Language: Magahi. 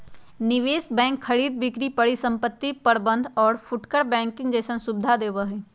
निवेश बैंक खरीद बिक्री परिसंपत्ति प्रबंध और फुटकर बैंकिंग जैसन सुविधा देवा हई